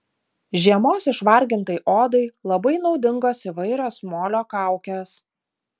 žiemos išvargintai odai labai naudingos įvairios molio kaukės